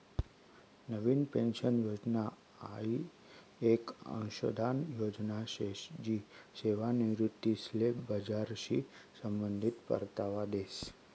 नवीन pension योजना हाई येक अंशदान योजना शे जी सेवानिवृत्तीसले बजारशी संबंधित परतावा देस